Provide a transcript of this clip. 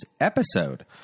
episode